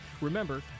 Remember